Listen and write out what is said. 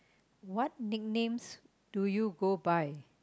what nicknames do you go by